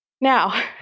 Now